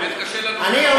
באמת קשה לראות